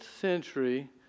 century